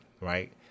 right